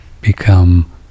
become